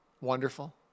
wonderful